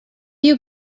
you